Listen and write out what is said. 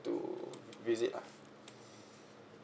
to visit lah